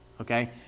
Okay